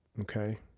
Okay